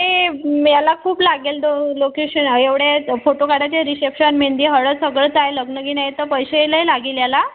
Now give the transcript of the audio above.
ते याला खूप लागेल दो लोकेशन एवढ्या फोटो काढाचे रिशेप्शन मेंदी हळद सगळंच आहे लग्न आहे तर पैसे लई लागेल याला